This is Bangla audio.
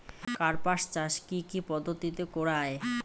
কার্পাস চাষ কী কী পদ্ধতিতে করা য়ায়?